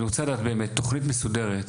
אני רוצה לדעת באמת תוכנית מסודרת.